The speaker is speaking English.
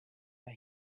that